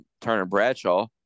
Turner-Bradshaw